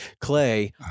clay